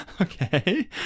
Okay